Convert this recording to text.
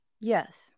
Yes